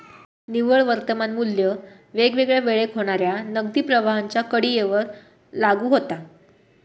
निव्वळ वर्तमान मू्ल्य वेगवेगळ्या वेळेक होणाऱ्या नगदी प्रवाहांच्या कडीयेवर लागू होता